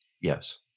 Yes